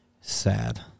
Sad